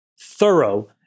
thorough